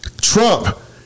Trump